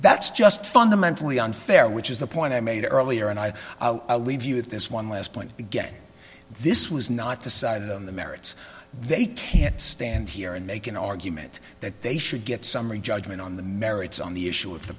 that's just fundamentally unfair which is the point i made earlier and i leave you with this one last point again this was not decided on the merits they can't stand here and make an argument that they should get summary judgment on the merits on the issue of the